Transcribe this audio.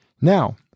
Now